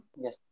Yes